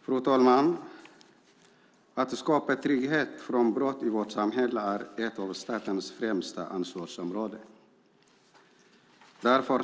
Fru talman! Att skapa trygghet från brott i vårt samhälle är ett av statens främsta ansvarsområden. Därför